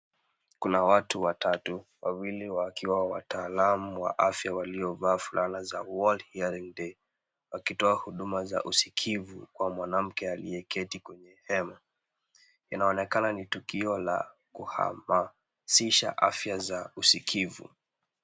Kuna watu watatu, wawili wakiwa wataalamu wa afya waliovaa fulana za world hearing day wakitoa huduma za usikivu kwa mwanamke aliyeketi kwenye hema. Inaonekana ni tukio la kuhamasisha afya za usikivu.